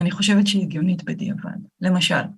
‫אני חושבת שהיא הגיונית בדיעבד. ‫למשל.